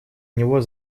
него